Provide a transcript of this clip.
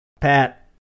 Pat